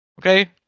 Okay